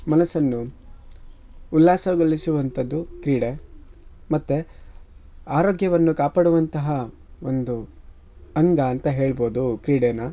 ಮನಸ್ಸನ್ನು ಉಲ್ಲಾಸಗೊಳಿಸುವಂಥದ್ದು ಕ್ರೀಡೆ ಮತ್ತು ಆರೋಗ್ಯವನ್ನು ಕಾಪಾಡುವಂತಹ ಒಂದು ಅಂಗ ಅಂತ ಹೇಳ್ಬೋದು ಕ್ರೀಡೆನ